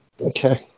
Okay